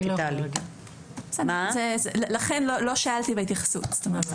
לכן לא שאלתי בהתייחסות.